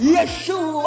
Yeshua